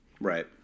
Right